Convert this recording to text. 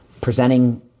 presenting